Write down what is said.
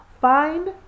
find